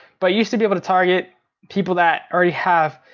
but you just to be able to target people that already have,